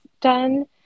done